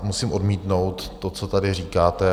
Musím odmítnout to, co tady říkáte.